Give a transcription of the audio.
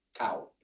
out